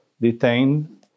detained